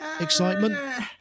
excitement